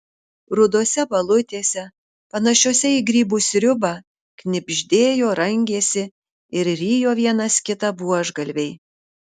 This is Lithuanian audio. rudose balutėse panašiose į grybų sriubą knibždėjo rangėsi ir rijo vienas kitą buožgalviai